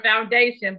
foundation